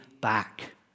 back